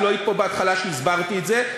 את לא היית פה בהתחלה כשהסברתי את זה,